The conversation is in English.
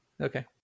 Okay